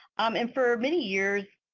um and for many years,